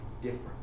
different